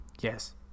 yes